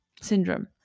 syndrome